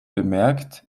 bemerkt